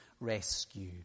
rescue